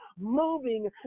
moving